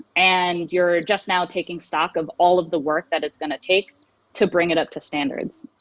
and you're just now taking stock of all of the work that it's going to take to bring it up to standards.